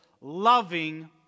loving